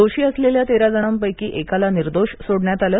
दोषी असलेल्या तेरा जणापैकी एकाला निर्दोष सोडण्यात आले